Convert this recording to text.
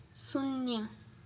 શૂન્ય